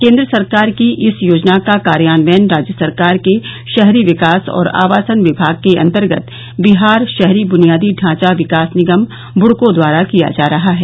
केन्द्र सरकार की इस योजना का कार्यान्वयन राज्य सरकार के शहरी विकास और आवासन विभाग के अंतर्गत बिहार शहरी बुनियादी ढांचा विकास निगम बुडको द्वारा किया जा रहा है